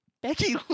Becky